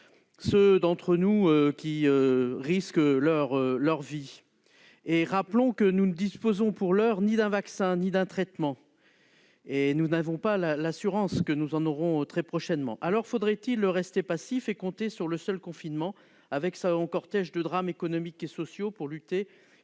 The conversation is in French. ceux d'entre nous qui risquent leur vie. Rappelons que nous ne disposons, pour l'heure, ni d'un vaccin ni d'un traitement, et nous n'avons pas non plus l'assurance d'en disposer très prochainement. Faudrait-il rester passifs et ne compter que sur le confinement, avec son cortège de drames économiques et sociaux, pour lutter